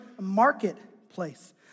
marketplace